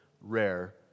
rare